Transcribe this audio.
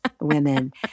women